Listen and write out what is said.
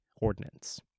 ordinance